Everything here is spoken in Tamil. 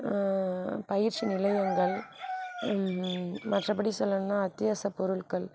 பயிற்சி நிலையங்கள் மற்றபடி சொல்லணுன்னால் அத்தியாவசியப் பொருள்கள்